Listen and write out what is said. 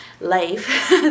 life